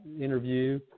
interview